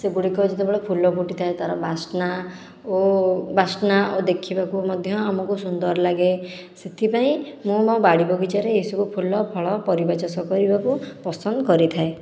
ସେଗୁଡ଼ିକ ଯେତେବେଳେ ଫୁଲ ଫୁଟି ଥାଏ ତା'ର ବାସ୍ନା ଓ ବାସ୍ନା ଓ ଦେଖିବାକୁ ମଧ୍ୟ ଆମକୁ ସୁନ୍ଦର ଲାଗେ ସେଥିପାଇଁ ମୁଁ ମୋ ବାଡ଼ି ବଗିଚାରେ ଏଇସବୁ ଫୁଲ ଫଳ ପରିବା ଚାଷ କରିବାକୁ ପସନ୍ଦ କରିଥାଏ